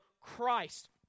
Christ